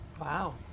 Wow